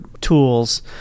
tools